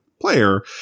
player